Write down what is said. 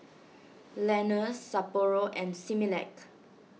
Lenas Sapporo and Similac